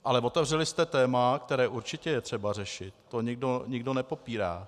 Ale otevřeli jste téma, které určitě je třeba řešit, to nikdo nepopírá.